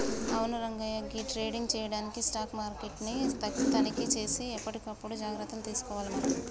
అవును రంగయ్య ఈ ట్రేడింగ్ చేయడానికి స్టాక్ మార్కెట్ ని తనిఖీ సేసి ఎప్పటికప్పుడు జాగ్రత్తలు తీసుకోవాలి మనం